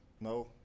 no